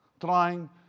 trying